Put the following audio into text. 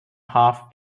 half